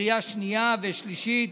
בקריאה שנייה ושלישית